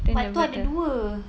but tu ada dua